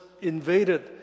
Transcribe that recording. invaded